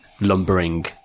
lumbering